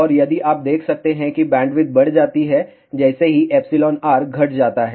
और यदि आप देख सकते हैं कि बैंडविड्थ बढ़ जाती है जैसे ही εr घट जाता है